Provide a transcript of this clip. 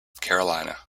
carolina